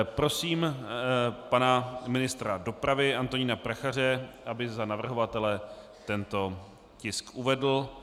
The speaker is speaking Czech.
Prosím pana ministra dopravy Antonína Prachaře, aby za navrhovatele tento tisk uvedl.